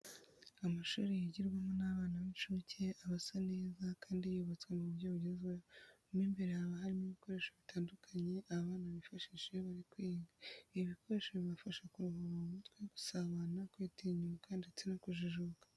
Amashuri yigirwamo n'abana b'incuke aba asa neza kandi yubatswe mu buryo bugezweho. Mo imbere haba harimo ibikoresho bitandukanye aba bana bifashisha iyo bari kwiga. Ibi bikoresho bibafasha kuruhura mu mutwe, gusabana, kwitinyuka ndetse no kujijuka.